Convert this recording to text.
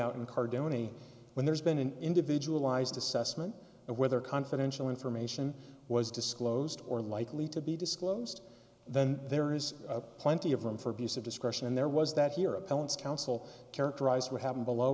out in cardone when there's been an individualized assessment of whether confidential information was disclosed or likely to be disclosed then there is plenty of room for abuse of discretion and there was that here appellants counsel characterized what happened below